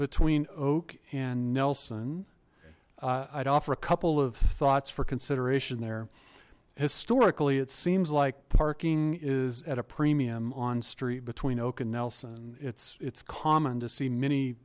between oak and nelson i'd offer a couple of thoughts for consideration there historically it seems like parking is at a premium on street between oak and nelson it's it's common to see many